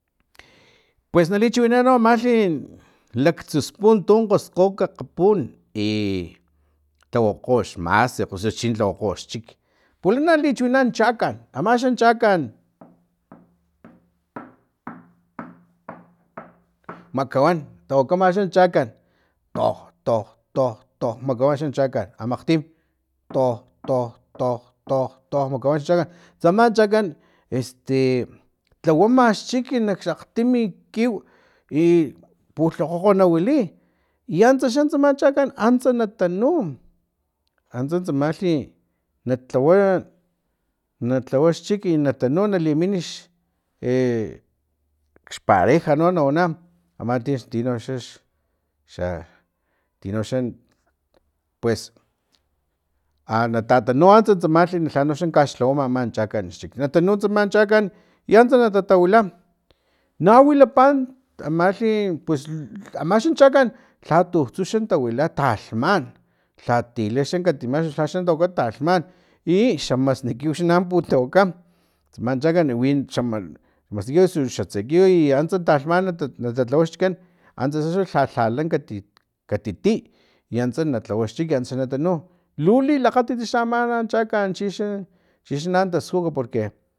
Pues na lichiwina no amaxi laktsu spun tun kgoskgo kakgapun i tlawokgo xmasekg ose chi tlawakgo xchik pulana na lichiwinina chaklan ama chakan toj toj tok toj toj toj toj toj toj makawan tawakama xa chakan toj toj toj toj makawan xa chakan amakgtim toj toj toj toj makawan xa chakan tsaman chakan este tlawama xchik nak akgtim kiw i pulhokgokgo na wili i antsa xa tsama chakan antsa na tanu antsa tsamilhi natsawa natlawa xchik na tanu naliminix e xpareja no nawana ama tinox xa xa tinox xan pues a na tatanu antsa tsamalhi lhano xla kaxlhawama no ama chakan xchik natanu tsama chakan i antsa na tatawila na wilapa amalhi pues ama xan chakan lha tutsu xan tawaila talhman lhayila xa katiwa amaxa lha tawila talhman i xa masni kiw naxan tawaka tsaman chakan wi xa masniu kiw o xa tse kiw i antsa talhman nata lhawa xchikan antsatsa xla lhala kati katitiy i antsa lhawa xchik i antsa na tanu lu lilakgatit xa ama chakan chixa chixan na taskuj porque